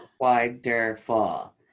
wonderful